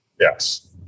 yes